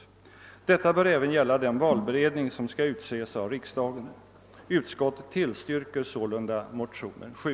Detta bör även gälla den valberedning som skall utses av riksdagen. Utskottet tillstyrker sålunda motionen 7.»